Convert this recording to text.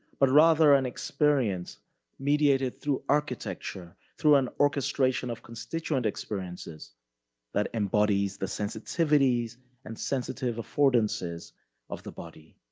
but rather an experience mediated through architecture, through an orchestration of constituent experiences that embodies the sensitivities and sensitive affordances of the body.